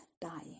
dying